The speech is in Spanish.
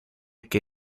que